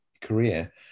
career